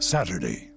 Saturday